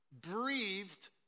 breathed